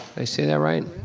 i say that right?